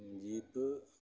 jeep